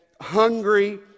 hungry